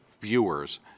viewers